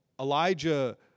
Elijah